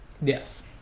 yes